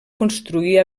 construir